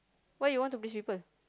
why you want to please people